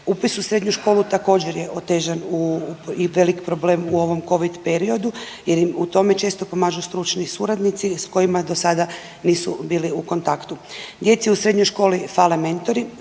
Upis u srednju školu također je otežan i velik problem u ovom covid periodu jer im u tome često pomažu stručni suradnici s kojima do sada nisu bili u kontaktu. Djeci u srednjoj školi fale mentori